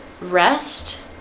rest